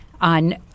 on